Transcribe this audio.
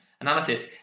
analysis